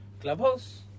Clubhouse